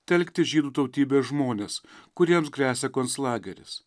telkti žydų tautybės žmones kuriems gresia konclageris